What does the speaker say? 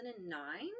2009